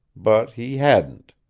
but he hadn't.